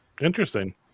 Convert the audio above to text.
Interesting